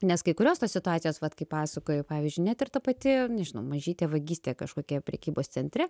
nes kai kurios tos situacijos vat kaip pasakoji pavyzdžiui net ir ta pati nežinau mažytė vagystė kažkokia prekybos centre